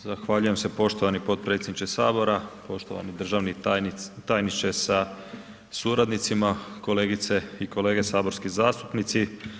Zahvaljujem se poštovani potpredsjedniče Sabora, poštovani državni tajniče sa suradnicima, kolegice i kolege saborski zastupnici.